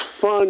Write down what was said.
fun